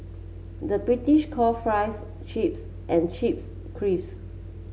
the British call fries chips and chips crisps